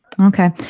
Okay